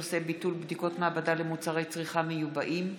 תומא סלימאן בנושא: ביטול בדיקות מעבדה למוצרי צריכה מיובאים.